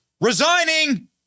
resigning